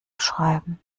schreiben